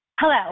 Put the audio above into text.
Hello